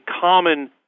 common